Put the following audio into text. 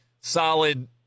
solid